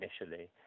initially